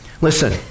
Listen